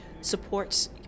supports